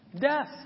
Death